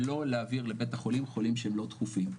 לא להעביר לבית החולים חולים שהם לא דחופים.